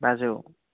बाजौ